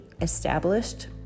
established